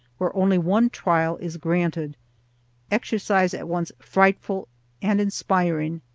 where only one trial is granted exercise at once frightful and inspiring.